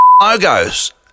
logos